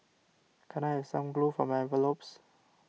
can I have some glue for my envelopes